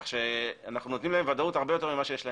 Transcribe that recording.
אנחנו נותנים להם הרבה יותר ודאות ממה שיש היום.